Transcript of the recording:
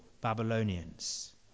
Babylonians